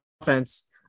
offense